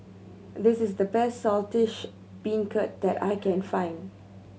this is the best Saltish Beancurd that I can find